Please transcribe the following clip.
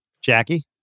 Jackie